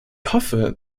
hoffe